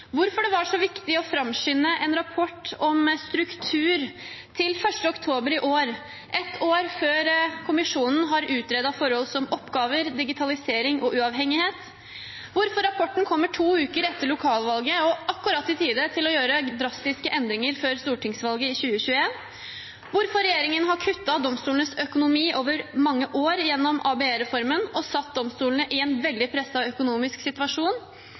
hvorfor det var så viktig å framskynde en rapport om struktur til 1. oktober i år, ett år før kommisjonen har utredet forhold som oppgaver, digitalisering og uavhengighet, hvorfor rapporten kommer to uker etter lokalvalget og akkurat i tide til å gjøre drastiske endringer før stortingsvalget i 2021, hvorfor regjeringen har kuttet domstolenes økonomi over mange år, gjennom ABE-reformen, og satt domstolene i en veldig presset økonomisk situasjon,